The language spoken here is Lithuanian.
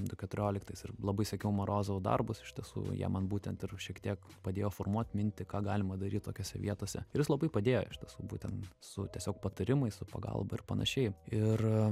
du keturioliktais ir labai sekiau morozovo darbus iš tiesų jie man būtent ir šiek tiek padėjo formuot mintį ką galima daryt tokiose vietose ir jis labai padėjo iš tiesų būtent su tiesiog patarimais su pagalba ir panašiai ir